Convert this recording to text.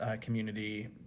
community